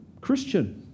Christian